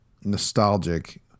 nostalgic